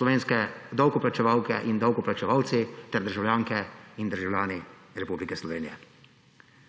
slovenske davkoplačevalke in davkoplačevalci ter državljanke in državljani Republike Slovenije.